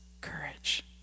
courage